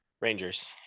Rangers